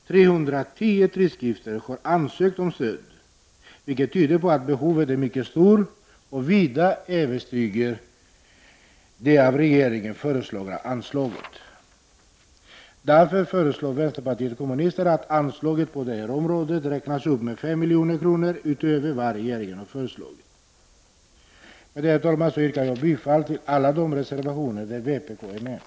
310 tidskrifter har ansökt om stöd, vilket tyder på att behovet är mycket stort och vida överstiger det av regeringen föreslagna anslaget. Därför föreslår vpk att anslaget på detta område räknas upp med 5 milj.kr. utöver vad regeringen har föreslagit. Herr talman! Jag yrkar bifall till alla de reservationer där vpk är med.